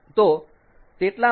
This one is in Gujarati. તો તેટલા માટે